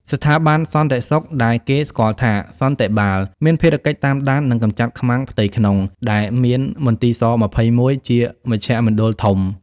ស្ថាប័នសន្តិសុខដែលគេស្គាល់ថា «សន្តិបាល» មានភារកិច្ចតាមដាន និងកម្ចាត់ខ្មាំងផ្ទៃក្នុង ដែលមានមន្ទីរស-២១ ជាមជ្ឈមណ្ឌលធំ។